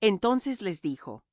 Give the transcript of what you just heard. entonces les dijo